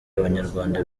abanyarwanda